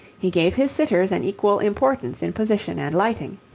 he gave his sitters an equal importance in position and lighting,